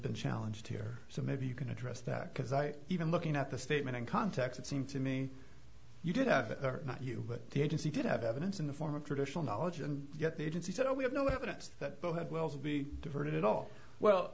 been challenged here so maybe you can address that because i even looking at the statement in context it seemed to me you did have it or not you but the agency did have evidence in the form of traditional knowledge and yet the agency said no we have no evidence that bowhead whales will be diverted at all well